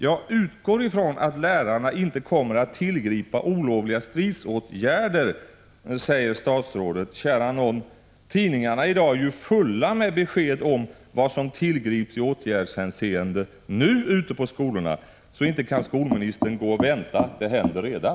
”Jag utgår från att lärarna ——— inte kommer att tillgripa olovliga stridsåtgärder”, säger statsrådet. Kära någon, tidningarna är i dag fulla med besked om vad som tillgrips i fråga om åtgärder redan nu ute på skolorna. Inte kan skolministern vänta — det händer redan!